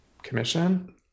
Commission